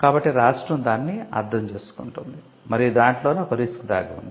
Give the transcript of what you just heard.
కాబట్టి రాష్ట్రం దానిని అర్థం చేసుకుంటుంది మరియు దాంట్లోనే ఒక రిస్క్ దాగి ఉంది